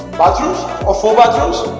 bathrooms or four bathrooms